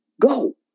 go